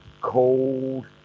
cold